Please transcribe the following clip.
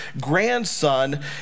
grandson